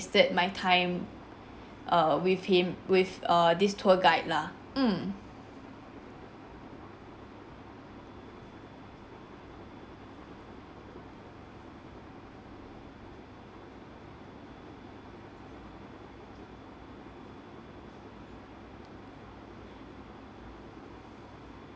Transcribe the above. ~sted my time err with him with err this tour guide lah mm